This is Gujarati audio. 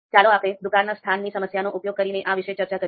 ચાલો આપણે દુકાનના સ્થાનની સમસ્યાનો ઉપયોગ કરીને આ વિષયની ચર્ચા કરીએ